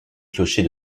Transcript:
clocher